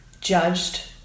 judged